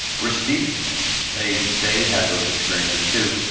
were steeped in this. they they had those experiences too,